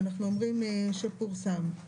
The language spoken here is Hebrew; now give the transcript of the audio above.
אלא "שפורסם".